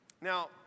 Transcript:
Now